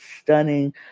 stunning